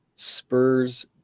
Spurs